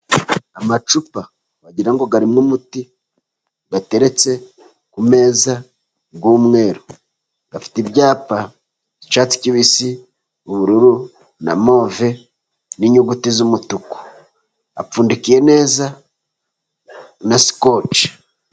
Amacupa wagira ngo arimo umuti, bateretse ku meza y'umweru. Afite ibyapa by'icyatsi kibisi, ubururu, na move, n'inyuguti z'umutuku. Apfundikiye neza na sikoci.